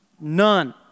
None